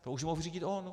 To už ji mohl řídit on.